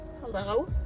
Hello